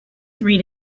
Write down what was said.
three